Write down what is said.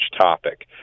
topic